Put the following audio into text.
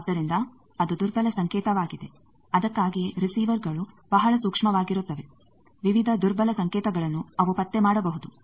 ಆದ್ದರಿಂದ ಅದು ದುರ್ಬಲ ಸಂಕೇತವಾಗಿದೆ ಅದಕ್ಕಾಗಿಯೇ ರಿಸಿವರ್ಗಳು ಬಹಳ ಸೂಕ್ಷ್ಮವಾಗಿರುತ್ತವೆ ವಿವಿಧ ದುರ್ಬಲ ಸಂಕೇತಗಳನ್ನು ಅವು ಪತ್ತೆ ಮಾಡಬಹುದು